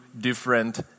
different